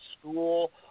school